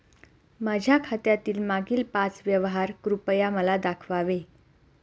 माझ्या खात्यातील मागील पाच व्यवहार कृपया मला दाखवावे